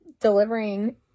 delivering